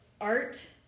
art